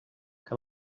que